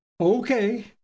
okay